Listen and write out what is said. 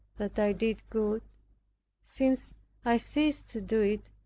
that i did good since i ceased to do it,